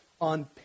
on